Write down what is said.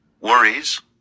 Worries